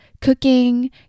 cooking